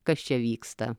kas čia vyksta